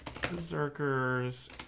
Berserkers